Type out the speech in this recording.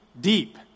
deep